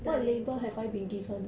the label